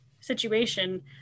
situation